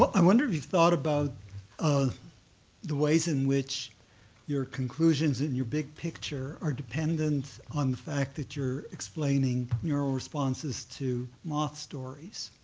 i wonder if you thought about um the ways in which your conclusions and your big picture are dependent on the fact that you're explaining neural responses to moth stories.